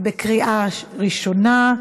בקריאה ראשונה.